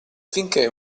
finché